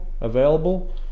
available